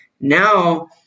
now